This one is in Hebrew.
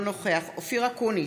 אינו נוכח אופיר אקוניס,